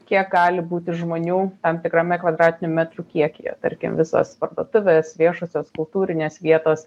kiek gali būti žmonių tam tikrame kvadratinių metrų kiekyje tarkim visos parduotuvės viešosios kultūrinės vietos